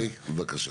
בבקשה.